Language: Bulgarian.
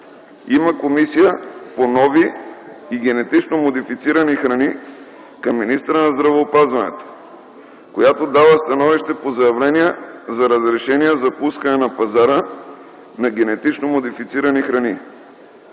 има Комисия по нови и генетично модифицирани храни към министъра на здравеопазването, която дава становища по заявления за разрешения за пускане на пазара на генетично модифицирани храни.